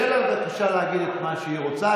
תן לה בבקשה להגיד את מה שהיא רוצה.